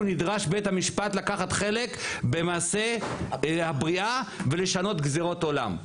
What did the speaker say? נדרש בית המשפט לקחת חלק במעשה הבריאה ולשנות גזירות עולם".